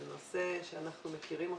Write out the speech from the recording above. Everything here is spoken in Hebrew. זה נושא שאנחנו מכירים.